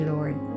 Lord